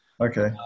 Okay